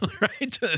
right